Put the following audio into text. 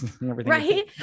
right